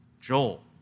Joel